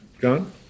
John